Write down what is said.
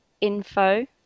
info